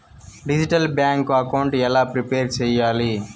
Digital bank account ఎలా prepare సెయ్యాలి?